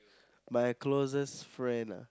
my closest friend ah